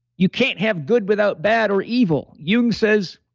you can't have good without bad or evil. jung says,